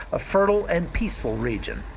a fertile and peaceful region.